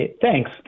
thanks